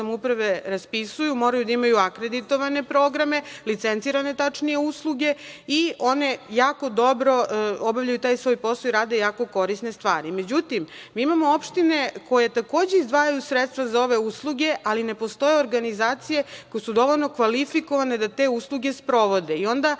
samouprave raspisuju, moraju da imaju akreditovane programe, licencirane, tačnije, usluge i one jako dobro obavljaju taj svoj posao i rade jako korisne stvari. Međutim, mi imamo opštine koje takođe izdvajaju sredstva za ove usluge, ali ne postoje organizacije koje su dovoljno kvalifikovane da te usluge sprovode. Onda